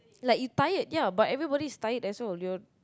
like you tired ya but everybody is tired also